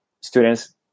students